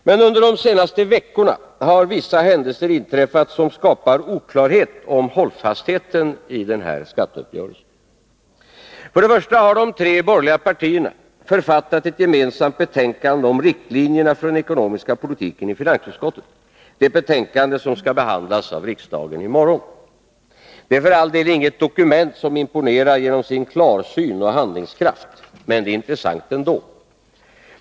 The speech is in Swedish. Men under de senaste veckorna har vissa händelser inträffat som skapar oklarhet om hållfastheten i skatteuppgörelsen. För det första har de tre borgerliga partierna i finansutskottet författat ett gemensamt betänkande om riktlinjerna för den ekonomiska politiken — det betänkande som skall behandlas av riksdagen i morgon. Det är för all del inget dokument som imponerar genom sin klarsyn och handlingskraft, men det är intressant ändå.